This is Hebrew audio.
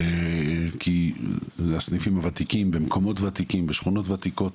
כי לסניפים הוותיקים במקומות ותיקים בשכונות ותיקות,